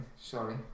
sorry